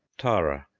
tara,